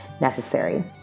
necessary